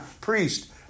priest